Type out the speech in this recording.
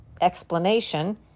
explanation